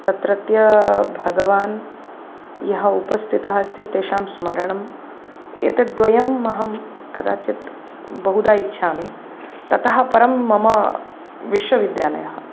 तत्रत्य भगवान् यः उपस्थितः अस्ति तेषां स्मरणम् एतद्द्वयम् अहं कदाचित् बहुधा इच्छामि ततः परं मम विश्वविद्यालयः